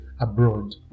abroad